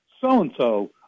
so-and-so